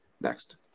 Next